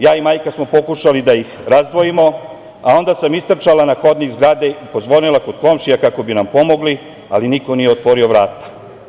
Ja i majka smo pokušali da ih razdvojimo, a onda sam istrčala na hodnik zgrade i pozvonila kod komšija kako bi nam pomogli, ali niko nije otvorio vrata.